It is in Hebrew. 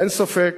אין ספק,